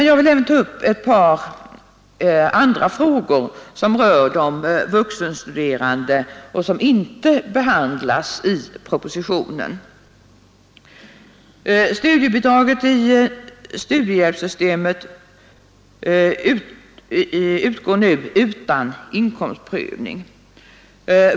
Jag vill också ta upp ett par andra frågor som rör de vuxenstuderande men som inte behandlas i propositionen. Studiebidraget i studiehjälpssystemet utgår nu utan inkomstprövning.